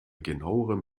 genauerem